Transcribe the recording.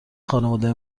خانواده